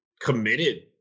committed